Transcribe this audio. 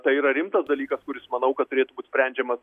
tai yra rimtas dalykas kuris manau kad turėtų būt sprendžiamas